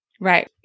Right